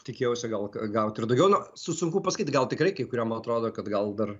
tikėjausi gal gauti ir daugiau nu sunku pasakyti gal tikrai kai kuriem atrodo kad gal dar